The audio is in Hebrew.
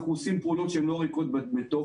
אנחנו עושים פעולות שהן לא ריקות מתוכן,